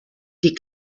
die